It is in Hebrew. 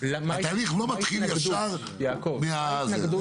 מה שכתוב פה בהסכמה.